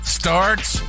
starts